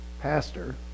pastor